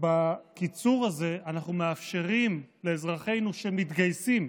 בקיצור הזה אנחנו מאפשרים לאזרחינו שמתגייסים,